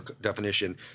definition